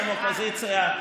אתם אופוזיציה.